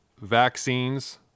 vaccines